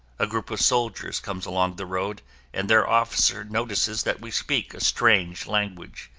a group of soldiers comes along the road and their officer notices that we speak a strange language.